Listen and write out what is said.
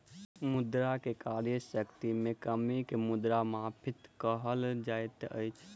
मुद्रा के क्रय शक्ति में कमी के मुद्रास्फीति कहल जाइत अछि